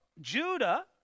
Judah